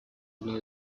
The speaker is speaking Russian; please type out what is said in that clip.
одной